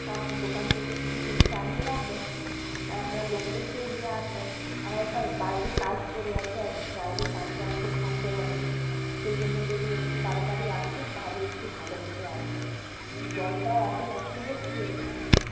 আপনি দোকান থেকে কিছু জিনিস আনিয়ে রাখবেন আর আপনার লোকদেরকে নিয়ে আসবেন আমার একটা বাইরে কাজ পড়ে আছে আর কি বাইরে কাজটা আমাকে সারতে হবে সেই জন্য যদি একটু তাড়াতাড়ি আসতেন তাহলে একটু ভালো হতো আর কি জলটাও এত নষ্ট হচ্ছে হুম